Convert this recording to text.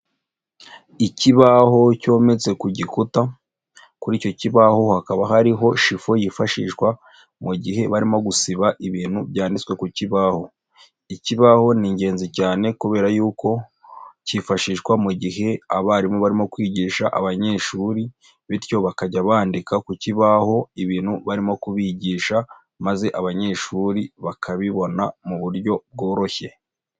Ikibaho cyometse ku igikuta. Kuri icyo kibaho hakaba hariho shifo yifashishwa mu igihe barimo gusiba ibintu byanditswe ku ikibaho. Ikibaho ni ingenzi cyane kubera yuko cyifashishwa mu gihe abarimu barimo kwigisha abanyeshuri bityo bakajya bandika ku Ikibaho ibintu barimo kubigisha, maze abanyeshuri bakabibona mu buryo bworoshye.